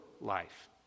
life